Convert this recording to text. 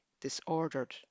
disordered